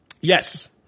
Yes